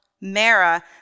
Mara